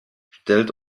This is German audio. stellt